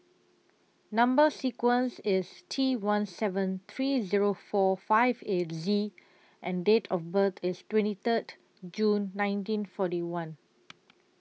Number sequence IS T one seven three Zero four five eight Z and Date of birth IS twenty Third June nineteen forty one